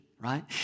right